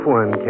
one